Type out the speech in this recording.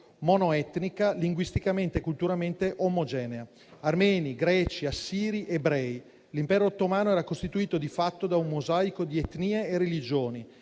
monoetnica, linguisticamente e culturalmente omogenea. Armeni, greci, assiri ed ebrei: l'Impero ottomano era costituito, di fatto, da un mosaico di etnie e religioni.